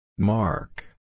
Mark